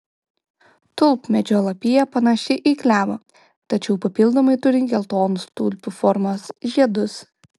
tulpmedžio lapija panaši į klevo tačiau papildomai turi geltonus tulpių formos žiedus